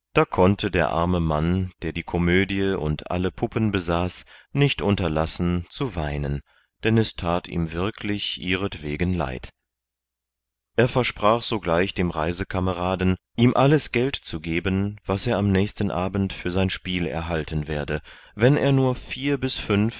da konnte der arme mann der die komödie und alle puppen besaß nicht unterlassen zu weinen denn es that ihm wirklich ihretwegen leid er versprach sogleich dem reisekameraden ihm alles geld zu geben was er am nächsten abend für sein spiel erhalten werde wenn er nur vier bis fünf